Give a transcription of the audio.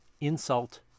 insult